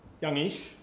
youngish